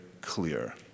clear